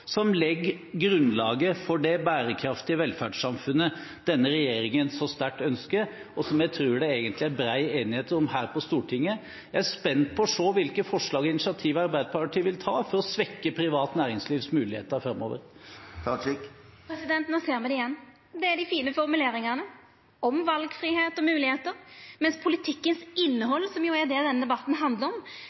som legger grunnlaget for det bærekraftige velferdssamfunnet denne regjeringen så sterkt ønsker, og som jeg tror det egentlig er bred enighet om her på Stortinget. Jeg er spent på å se hvilke forslag og initiativer Arbeiderpartiet vil komme med for å svekke privat næringslivs muligheter framover. No ser me det igjen: Det er dei fine formuleringane om valfridom og moglegheiter, mens innhaldet i politikken, som er det denne debatten handlar om,